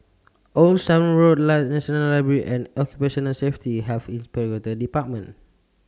Old Sarum Road National Library and Occupational Safety Have Health Inspectorate department